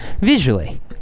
Visually